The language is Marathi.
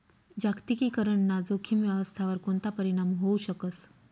जागतिकीकरण ना जोखीम व्यवस्थावर कोणता परीणाम व्हवू शकस